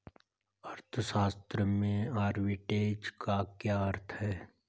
अर्थशास्त्र में आर्बिट्रेज का क्या अर्थ है?